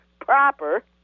proper